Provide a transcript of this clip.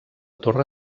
torre